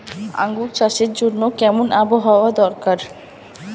আঙ্গুর চাষের জন্য কেমন আবহাওয়া দরকার?